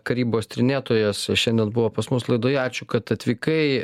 karybos tyrinėtojas šiandien buvo pas mus laidoje ačiū kad atvykai